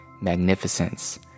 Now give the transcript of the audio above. magnificence